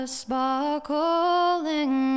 sparkling